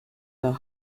der